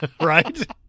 Right